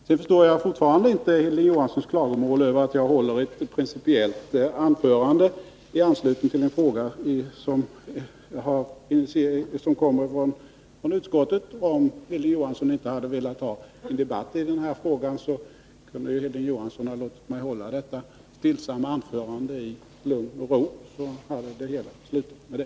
Sedan förstår jag fortfarande inte Hilding Johanssons klagomål över att jag håller ett principiellt anförande i anslutning till en fråga som kommer från utskottet. Om Hilding Johansson inte hade velat ha debatt i den här frågan kunde han ha låtit mig hålla detta stillsamma anförande i lugn och ro, så hade det hela slutat med det.